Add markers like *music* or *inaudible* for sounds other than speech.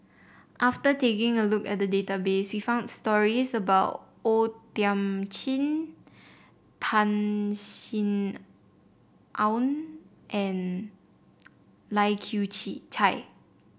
after taking a look at the database we found stories about O Thiam Chin Tan Sin Aun and Lai Kew *unintelligible* Chai